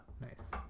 nice